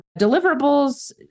deliverables